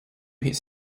his